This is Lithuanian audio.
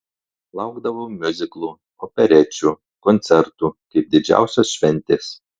laukdavau miuziklų operečių koncertų kaip didžiausios šventės